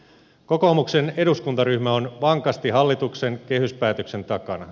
kokoomuksen eduskuntaryhmä on vankasti hallituksen kehyspäätöksen takana